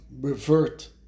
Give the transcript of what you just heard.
revert